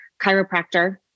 chiropractor